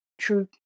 true